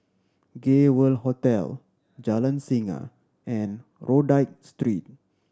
Gay World Hotel Jalan Singa and Rodyk Street